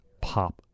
pop